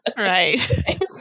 Right